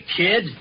kid